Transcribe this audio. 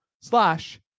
slash